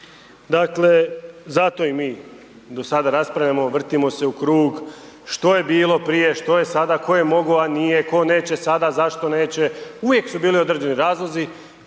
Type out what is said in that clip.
Dakle, zato i mi do sada raspravljamo, vrtimo se u krug što je bilo prije, što je sada, tko je mogao a nije, tko neće sada, zašto neće. Uvijek su bili određeni razlozi.